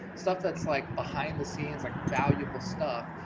stuff that's like behind the scenes, like valuable stuff,